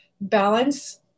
Balance